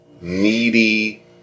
needy